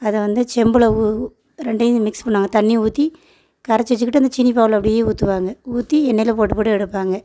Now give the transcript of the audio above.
அதை வந்து செம்புல ஊ ஊ ரெண்டையும் மிக்ஸ் பண்ணுவாங்க தண்ணி ஊற்றி கரைச்சு வைச்சுக்கிட்டு அந்த சீனி பாகுல அப்படியே ஊற்றுவாங்க ஊற்றி எண்ணெயில் போட்டு போட்டு எடுப்பாங்க